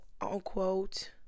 unquote